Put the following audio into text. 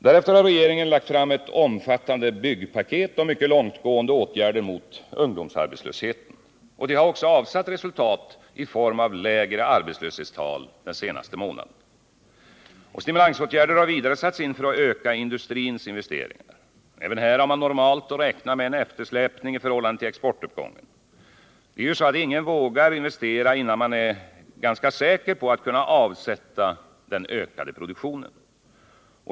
Därefter har regeringen lagt fram ett omfattande byggpaket och mycket långtgående åtgärder mot ungdomsarbetslösheten. Detta har också avsatt resultat i form av lägre arbetslöshetstal den senaste månaden. Stimulansåtgärder har vidare satts in för att öka industriinvesteringarna. Även här har man normalt att räkna med en eftersläpning i förhållande till exportuppgången. Ingen vågar investera innan man är ganska säker på att kunna avsätta den ökade produktionen.